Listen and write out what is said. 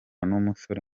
n’umusore